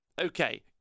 Okay